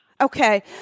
Okay